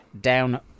Down